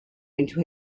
into